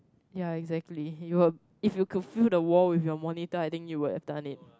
ya exactly you would if you could fill the wall with your monitor I think you would have done it